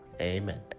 Amen